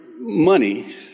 money